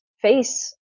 face